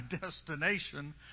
destination